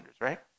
right